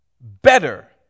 better